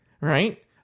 right